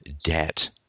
debt